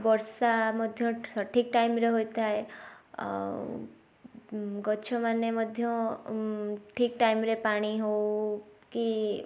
ବର୍ଷା ମଧ୍ୟ ସଠିକ୍ ଟାଇମରେ ହୋଇଥାଏ ଆଉ ଗଛମାନେ ମଧ୍ୟ ଠିକ୍ ଟାଇମରେ ପାଣି ହଉ କି